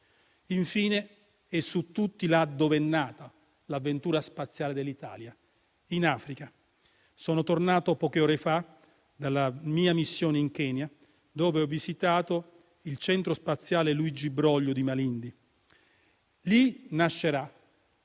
Infine, e su tutti, ricordo dove è nata l'avventura spaziale dell'Italia, l'Africa. Sono tornato poche ore fa dalla mia missione in Kenya, dove ho visitato il Centro spaziale Luigi Broglio di Malindi. Lì nascerà